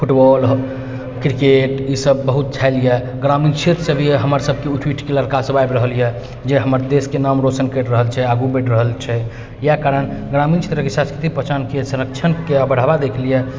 football हऽ cricket ई सभ बहुत छैल यऽ ग्रामीण क्षेत्रसँ भी हमर सभके उठि उठिके लड़का सभ आबि रहल यऽ जे हमर देशके नाम रोशन करि रहल छै आगू बढ़ि रहल छै इएह कारण ग्रामीण क्षेत्रके इच्छाशक्तिके पहिचानके संरक्षणके बढ़ावा दए के लिए